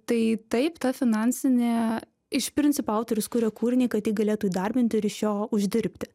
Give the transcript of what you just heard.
tai taip ta finansinė iš principo autorius kuria kūrinį kad jį galėtų įdarbinti ir iš jo uždirbti